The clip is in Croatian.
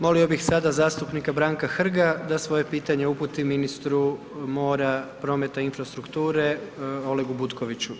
Molio bih sada zastupnika Branka Hrga da svoje pitanje uputi ministru mora, prometa, infrastrukture Olegu Butkoviću.